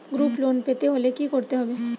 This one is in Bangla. গ্রুপ লোন পেতে হলে কি করতে হবে?